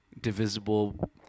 divisible